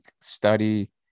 study